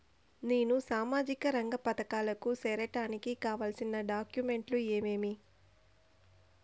నేను సామాజిక రంగ పథకాలకు సేరడానికి కావాల్సిన డాక్యుమెంట్లు ఏమేమీ?